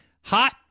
hot